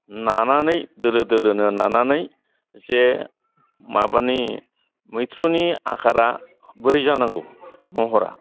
नानानै दोलो दोलोनो नानानै जे माबानि मैथ्रुनि आखारा बोरै जानांगौ महरा